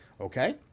okay